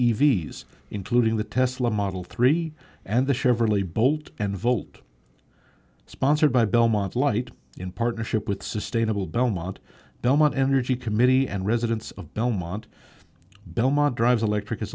evey's including the tesla model three and the chevrolet bolt and volt sponsored by belmont light in partnership with sustainable belmont belmont energy committee and residents of belmont belmont drive electric is